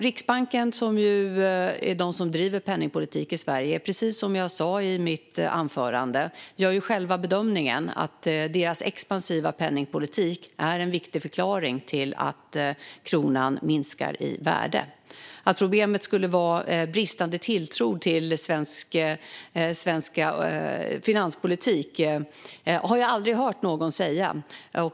Riksbanken som ju driver penningpolitiken i Sverige gör, precis som jag sa tidigare, själv bedömningen att den expansiva penningpolitiken är en viktig förklaring till att kronan minskar i värde. Att problemet skulle vara bristande tilltro till svensk finanspolitik har jag aldrig hört någon säga.